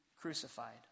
crucified